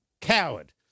coward